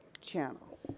channel